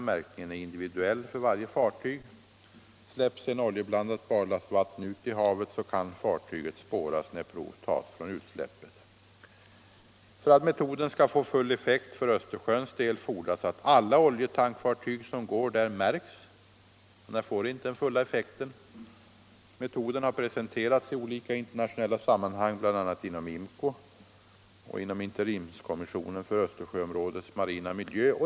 Släpps sedan oljeblandat barlastvatten ut i havet, kan fartyget spåras när prov tas från utsläppet. För att metoden skall få full effekt för Östersjöns del fordras att alla oljetankfartyg som går där märks. Metoden har presenterats i olika internationella sammanhang, bl.a. inom IMCO och interimskommissionen för Östersjöområdets marina miljö.